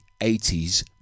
80s